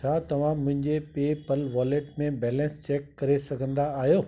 छा तव्हां मुंहिंजे पे पल वॉलेट में बैलेंस चेक करे सघंदा आहियो